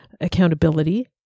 accountability